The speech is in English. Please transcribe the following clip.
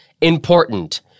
Important